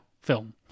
film